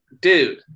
dude